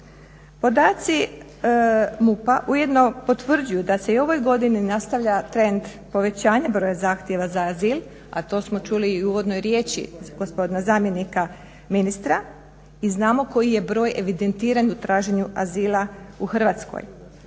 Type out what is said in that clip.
Podaci MUP-a ujedno potvrđuju da se i u ovoj godini nastavlja trend povećanja broja zahtjeva za azil, a to smo čuli i u uvodnoj riječi gospodina zamjenika ministra i znamo koji je broj evidentiran u traženju azila u Hrvatskoj.